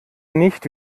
nicht